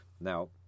Now